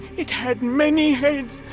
it had many heads!